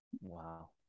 Wow